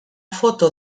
foto